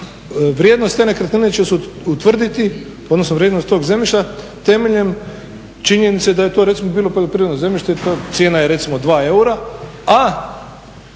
vrijednost te nekretnine će se utvrditi odnosno vrijednost tog zemljišta temeljem činjenice da je to recimo bilo poljoprivredno zemljište, cijena je recimo 2 eura, a